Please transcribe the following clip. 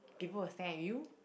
people will stare at you